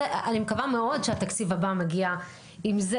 אני מקווה מאוד שהתקציב הבא מגיע עם זה